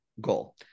goal